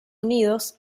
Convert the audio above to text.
unidos